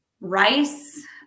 rice